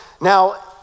Now